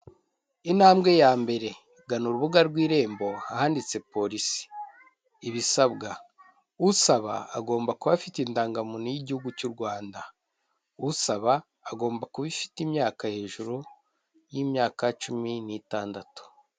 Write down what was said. Intambwe ya mbere, gana urubuga rw'irembo ahanditse polisi, ibisabwa, usaba agomba kuba afite indangamuntu y'igihugu cy'u Rwanda, usaba agomba kuba ifite imyaka hejuru y'imyaka cumi n'itandatu.